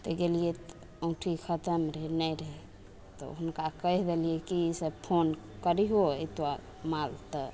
तऽ गेलियै औँठी खतम रहय नहि रहय तऽ हुनका कही देलियै कि से फोन करिहो एतऽ माल तऽ